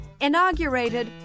inaugurated